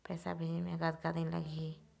पैसा भेजे मे कतका दिन लगही?